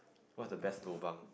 what's the best lobang